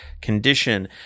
condition